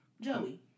Joey